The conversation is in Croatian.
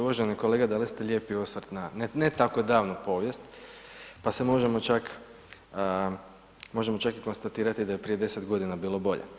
Uvaženi kolega dali ste lijepi osvrt na ne tako davnu povijest, pa se možemo čak, možemo čak i konstatirati da je prije 10 godina bilo bolje.